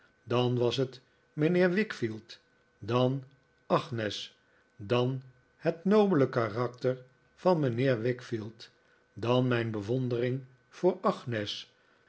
dan was het mijnheer wickfield dan agnes dan het nobele karakter van mijnheer wickfield dan mijn bewondering voor agnes